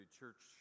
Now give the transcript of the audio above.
church